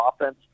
offense